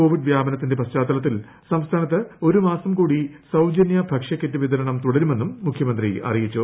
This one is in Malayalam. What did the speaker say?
കോവിഡ് വ്യാപനത്തിന്റെ പശ്ചാത്തലത്തിൽ സംസ്ഥാനത്ത് ഒരു മാസം കൂടി സൌജന്യ ഭക്ഷ്യക്കിറ്റ് വ്യത്ത്രണ്ടം തുടരുമെന്നും മുഖ്യമന്ത്രി അറിയിച്ചു